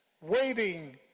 waiting